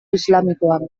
islamikoan